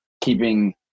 keeping